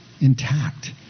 intact